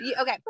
Okay